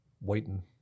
waiting